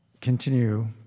continue